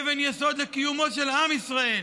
אבן יסוד לקיומו של עם ישראל,